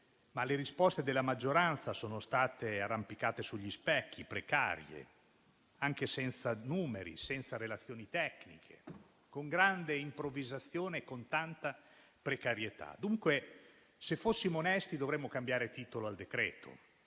le risposte della maggioranza sono state delle arrampicate sugli specchi, precarie, anche senza numeri, senza relazioni tecniche, con grande improvvisazione e con tanta precarietà. Dunque, se fossimo onesti, dovremmo cambiare titolo al decreto-legge